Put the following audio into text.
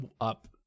up